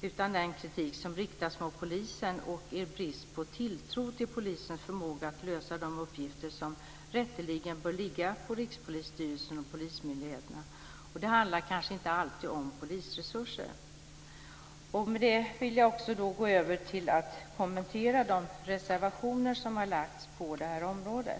utan den del som riktas mot polisen. Allvarlig är också er brist på tilltro till polisens förmåga att lösa de uppgifter som rätteligen bör ligga på Rikspolisstyrelsen och polismyndigheterna. Det handlar kanske inte alltid om polisresurser. Med det vill jag gå över till att kommentera de reservationer som har gjorts på detta område.